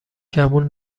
گمون